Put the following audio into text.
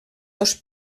dos